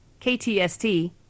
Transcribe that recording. KTST